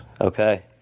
Okay